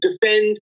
defend